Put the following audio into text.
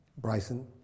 Bryson